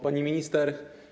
Pani Minister!